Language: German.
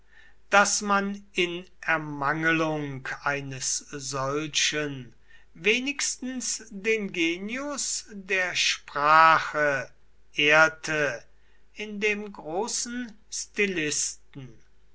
daß man in ermangelung eines solchen wenigstens den genius der sprache ehrte in dem großen stilisten